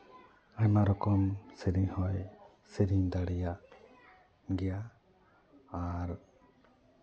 ᱟᱭᱢᱟ ᱨᱚᱠᱚᱢ ᱥᱮᱹᱨᱮᱹᱧ ᱦᱚᱸᱭ ᱥᱮᱹᱨᱮᱹᱧ ᱫᱟᱲᱮᱹᱭᱟᱜ ᱜᱮᱭᱟ ᱟᱨ